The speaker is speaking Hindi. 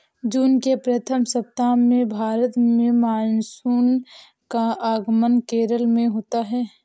जून के प्रथम सप्ताह में भारत में मानसून का आगमन केरल में होता है